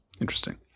Interesting